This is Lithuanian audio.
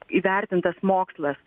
įvertintas mokslas